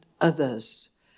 others